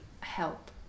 help